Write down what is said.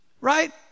Right